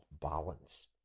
balance